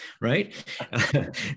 right